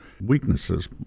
weaknesses